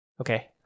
okay